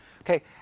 Okay